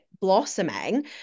Blossoming